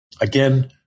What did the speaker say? again